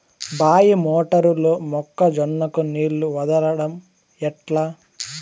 బాయి మోటారు లో మొక్క జొన్నకు నీళ్లు వదలడం ఎట్లా?